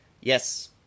Yes